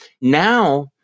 Now